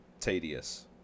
tedious